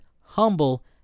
humble